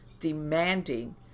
demanding